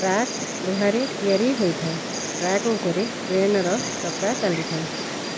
track ଲୁହାରେ ତିଆରି ହୋଇଥାଏ ଟ୍ରାକ୍ ଉପରେ ଟ୍ରେନ୍ର ଚକ୍କା ଚାଲିଥାଏ